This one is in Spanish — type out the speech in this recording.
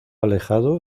alejado